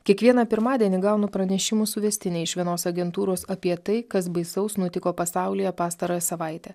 kiekvieną pirmadienį gaunu pranešimų suvestinę iš vienos agentūros apie tai kas baisaus nutiko pasaulyje pastarąją savaitę